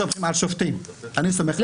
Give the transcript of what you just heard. מהשופטים, אני סומך עליהם.